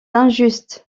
injuste